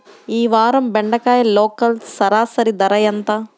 ఈ వారం బెండకాయ లోకల్ సరాసరి ధర ఎంత?